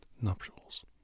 nuptials